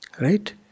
Right